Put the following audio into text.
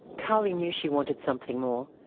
karlie knew she wanted something more,